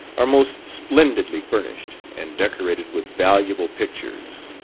are most splendidly furnished, and decorated with valuable pictures.